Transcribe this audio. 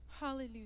hallelujah